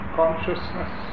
consciousness